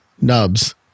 Nubs